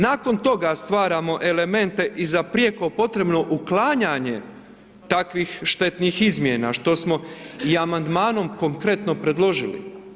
Nakon toga stvaramo elemente i za prijeko potrebno uklanjanje takvih štetnih izmjena što smo i amandmanom konkretno predložili.